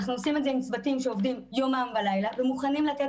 אנחנו עושים את זה עם צוותים שעובדים יומם ולילה ומוכנים לתת